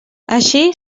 així